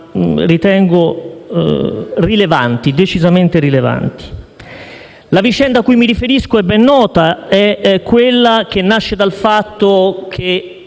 ritengo decisamente rilevanti. La vicenda a cui mi riferisco è ben nota ed è quella che nasce dal fatto che